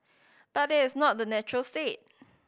but that is not the natural state